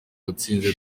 uwatsinze